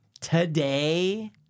Today